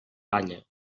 palla